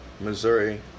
Missouri